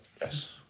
yes